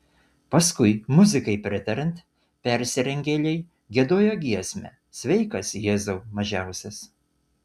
paskui muzikai pritariant persirengėliai giedojo giesmę sveikas jėzau mažiausias